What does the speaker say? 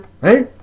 hey